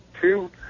two